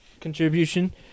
contribution